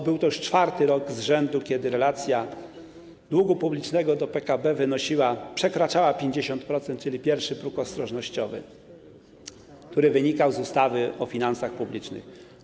A był to już czwarty rok z rzędu, kiedy relacja długu publicznego do PKB przekraczała 50%, czyli pierwszy próg ostrożnościowy, który wynikał z ustawy o finansach publicznych.